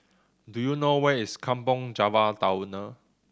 do you know where is Kampong Java Tunnel